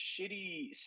shitty